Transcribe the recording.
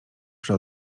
przy